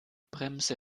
bremse